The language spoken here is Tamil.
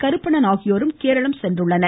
கருப்பணன் ஆகியோரும் கேரளம் சென்றுள்ளனர்